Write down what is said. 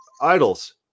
idols